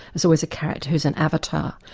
there's always a character who's an avatar,